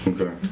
Okay